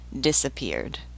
disappeared